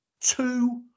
two